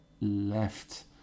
left